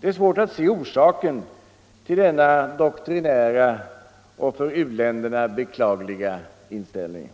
Det är svårt att se orsaken till denna doktrinära och för u-länderna Allmänpolitisk beklagliga inställning,